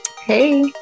hey